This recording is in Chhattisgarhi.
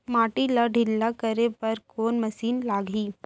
माटी ला ढिल्ला करे बर कोन मशीन लागही?